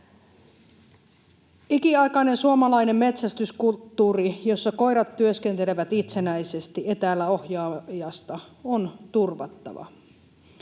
Ikiaikainen suomalainen metsästyskulttuuri, jossa koirat työskentelevät itsenäisesti etäällä ohjaajasta, on turvattava.